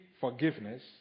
forgiveness